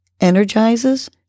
energizes